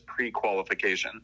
prequalification